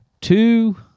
two